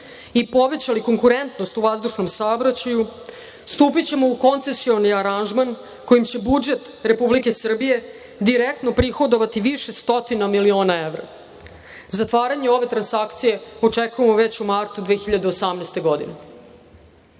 i povećali konkurentnost u vazdušnom saobraćaju stupićemo u koncesioni aranžman kojim će budžet Republike Srbije direktno prihodovati više stotina miliona evra. Zatvaranje ove transakcije očekujemo već u martu 2018. godine.U